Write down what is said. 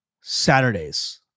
Saturdays